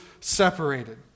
separated